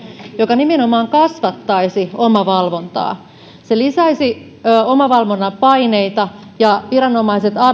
joka nimenomaan kasvattaisi omavalvontaa se lisäisi omavalvonnan paineita ja viranomaiset